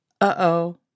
Uh-oh